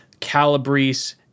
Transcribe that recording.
Calabrese